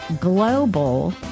Global